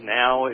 now